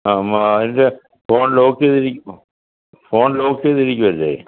ആ അതിൻ്റെ phone lock ചെയ്തിരിക്കോ ഫോൺ ലോക്ക് ചെയ്തിരിക്കുവല്ലേ